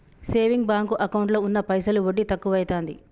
saving bank ఎకౌంటులో ఉన్న పైసలు వడ్డి తక్కువైతాంది